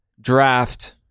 draft